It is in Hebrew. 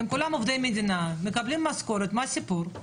הם כולם עובדי מדינה, מקבלים משכורת, מה הסיפור?